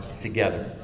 together